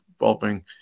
involving